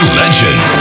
legend